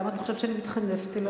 למה אתה חושב שאני מתחנפת אליו?